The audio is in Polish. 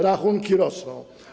Rachunki rosną.